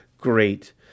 Great